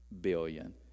billion